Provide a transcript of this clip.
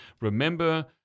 remember